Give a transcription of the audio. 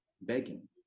begging